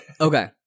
Okay